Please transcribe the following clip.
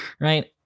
Right